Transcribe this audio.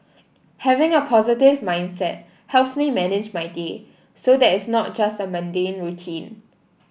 having a positive mindset helps me manage my day so that it's not just a mundane routine